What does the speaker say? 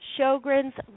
Sjogren's